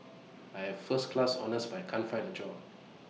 I have first class honours but I can't find A job